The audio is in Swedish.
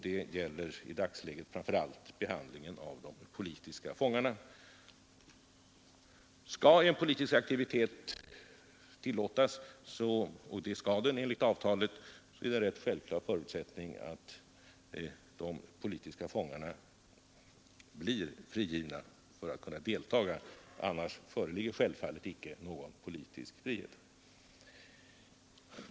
Det gäller behandlingen av de politiska fångarna. Om politisk aktivitet skall tillåtas — och det skall den enligt avtalet — är det en självklar förutsättning att de politiska fångarna blir frigivna; annars föreligger ingen politisk frihet.